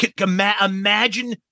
imagine